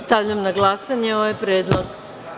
Stavljam na glasanje ovaj predlog.